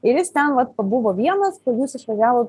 ir jis ten vat pabuvo vienas kol jūs išvažiavot